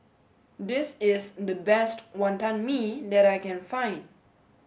this is the best Wantan Mee that I can find